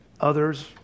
others